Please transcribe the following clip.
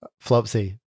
Flopsy